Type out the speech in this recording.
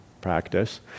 practice